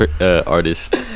artist